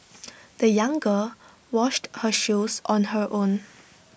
the young girl washed her shoes on her own